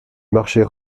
marchait